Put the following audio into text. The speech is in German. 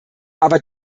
aber